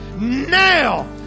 now